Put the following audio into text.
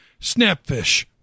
Snapfish